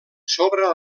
sobre